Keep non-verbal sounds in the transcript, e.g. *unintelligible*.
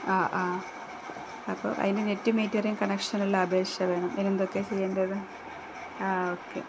ആ ആ അപ്പോള് അതിന് *unintelligible* കണക്ഷനുള്ള അപേക്ഷ വേണം അതിനെന്തൊക്കെയാണു ചെയ്യേണ്ടത് ആ ഓക്കെ